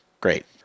great